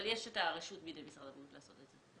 אבל יש את הרשות בידי משרד הבריאות לעשות את זה.